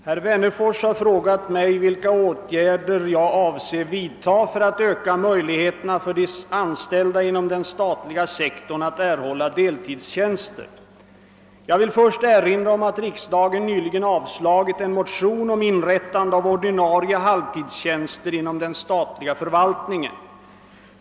Herr Wennerfors har frågat mig vilka åtgärder jag avser vidtaga för att öka möjligheterna för de anställda inom den statliga sektorn att erhålla deltidstjänster. Jag vill först erinra om att riksdagen nyligen avslagit en motion om inrättande av ordinarie halvtidstjänster inom den statliga förvaltningen.